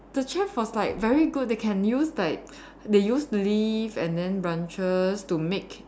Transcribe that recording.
the chef was like very good they can use like they use leaf and then branches to make